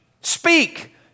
speak